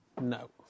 No